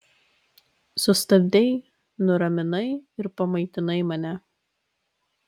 sustabdei nuraminai ir pamaitinai mane